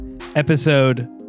episode